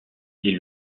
est